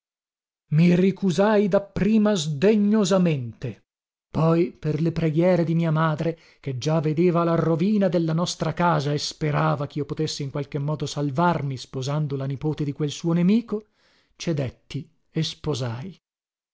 io i ricusai dapprima sdegnosamente poi per le preghiere di mia madre che già vedeva la rovina della nostra casa e sperava chio potessi in qualche modo salvarmi sposando la nipote di quel suo nemico cedetti e sposai